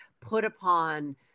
put-upon